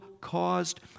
caused